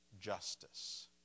justice